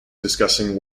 discussing